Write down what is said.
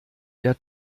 der